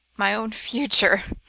my own future,